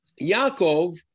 Yaakov